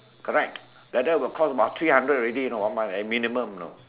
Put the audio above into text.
correct like that will cost about three hundred already you know one month at minimum you know